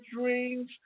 dreams